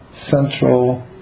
central